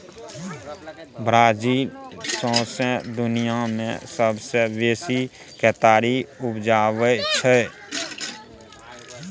Brazil सौंसे दुनियाँ मे सबसँ बेसी केतारी उपजाबै छै